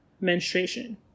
menstruation